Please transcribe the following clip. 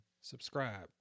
Subscribe